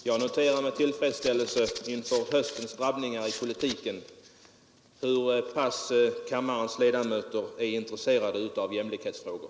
Herr talman! Jag noterar med tillfredsställelse inför höstens drabbningar i politiken hur pass mycket kammarens ledamöter är intresserade av jämlikhetsfrågor.